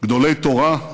גדולי תורה,